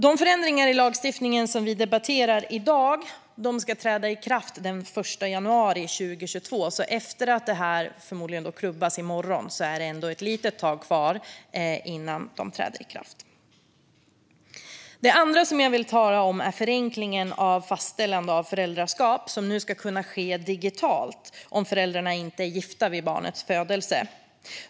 De förändringar i lagstiftningen som vi debatterar i dag ska träda i kraft den 1 januari 2022, så efter att detta - förmodligen - klubbas i morgon är det ändå ett litet tag kvar innan de träder i kraft. Det andra jag vill tala om är förenklingen av fastställande av föräldraskap, som nu ska kunna ske digitalt om föräldrarna inte är gifta vid barnets födelse.